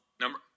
Number